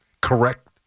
correct